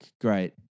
great